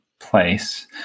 place